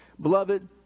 Beloved